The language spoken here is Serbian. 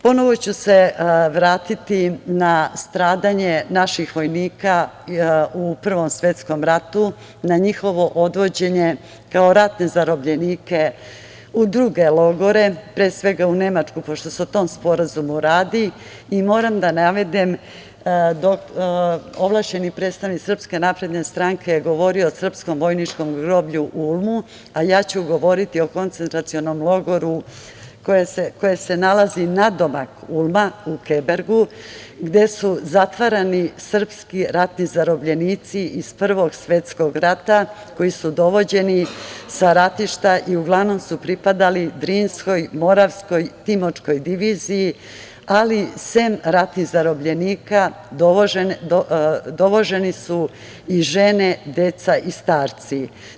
Ponovo ću se vratiti na stradanje naših vojnika u Prvom svetskom ratu, na njihovo odvođenje kao ratne zarobljenike u druge logore, pre svega u Nemačku, pošto se o tom sporazumu radi, i moram da navedem, ovlašćeni predstavnik SNS govorio je o Srpskom vojničkom groblju u Ulmu, a ja ću govoriti o koncentracionom logoru koje se nalazi nadomak Ulma, u Kubergu, gde su zatvarani srpski ratni zarobljenici iz Prvog svetskog rata, koji su dovođeni sa ratišta i uglavnom su pripadali Drinskoj, Moravskoj i Timočkoj diviziji, ali sem ratnih zarobljenika, dovoženi su i žene, deca i starci.